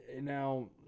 Now